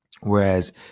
Whereas